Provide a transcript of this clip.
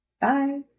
Bye